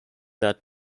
that